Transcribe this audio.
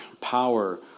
power